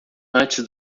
antes